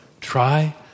try